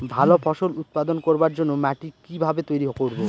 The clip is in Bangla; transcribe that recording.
ভালো ফসল উৎপাদন করবার জন্য মাটি কি ভাবে তৈরী করব?